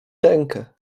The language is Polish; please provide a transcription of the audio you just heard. rękę